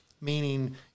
meaning